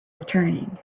returning